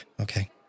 Okay